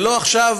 ולא עכשיו,